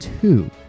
two